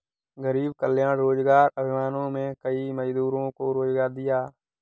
गरीब कल्याण रोजगार अभियान में कई मजदूरों को रोजगार दिया